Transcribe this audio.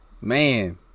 Man